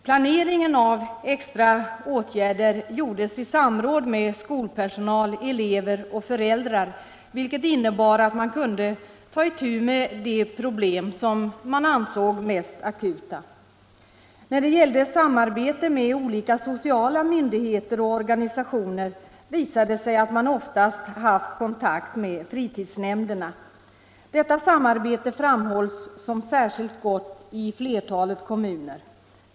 Planeringen av extra åtgärder genomfördes i samråd med skolpersonal, elever och föräldrar, vilket innebar att man kunde ta itu med de problem som ansågs mest akuta. När det gällde samarbete med olika sociala myndigheter och organisationer visade det sig att man oftast haft kontakt med fritidsnämnderna. Detta samarbete framhålls som särskilt gott i flertalet kommuner.